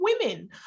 women